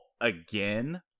Again